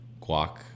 guac